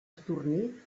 sadurní